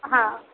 हां